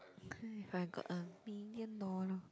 if I got a million dollar